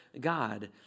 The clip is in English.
God